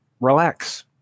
relax